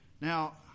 Now